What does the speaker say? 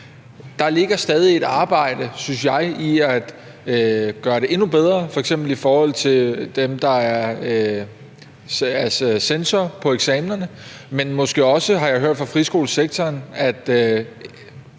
der ligger et arbejde i at gøre det endnu bedre, f.eks. i forhold til dem, der er censorer ved eksamenerne. Men måske også – har jeg hørt fra friskolesektoren –